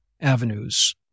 avenues